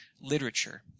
literature